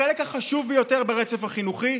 החלק החשוב ביותר ברצף החינוכי,